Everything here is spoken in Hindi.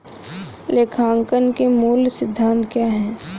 लेखांकन के मूल सिद्धांत क्या हैं?